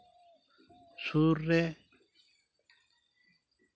ᱥᱩᱨ ᱨᱮ